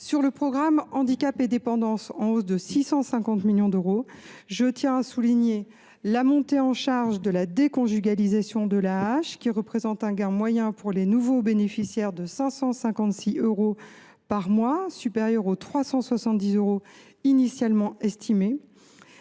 le programme 157 « Handicap et dépendance », en hausse de 650 millions d’euros, je tiens à souligner la montée en charge de la déconjugalisation de l’AAH, qui représente un gain moyen pour les nouveaux bénéficiaires de 556 euros par mois, supérieur aux 370 euros initialement estimés.